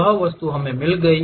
वह वस्तु हमें मिल गई